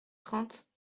trente